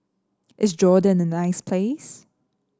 is Jordan a nice place